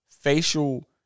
Facial